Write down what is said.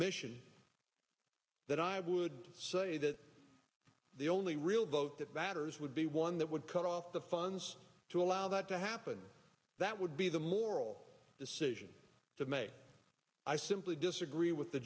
mission that i would say that the only real vote that batters would be one that would cut off the funds to allow that to happen that would be the moral decision to make i simply disagree with the